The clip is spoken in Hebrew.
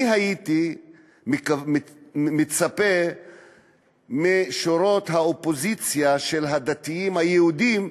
אני הייתי מצפה משורות האופוזיציה של הדתיים היהודים,